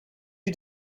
you